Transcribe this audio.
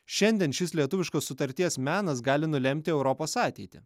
šiandien šis lietuviškas sutarties menas gali nulemti europos ateitį